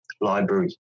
library